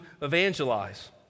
evangelize